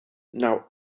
now